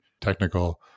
technical